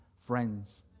friends